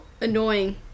annoying